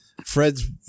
fred's